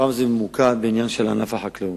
הפעם זה ממוקד בענף החקלאות.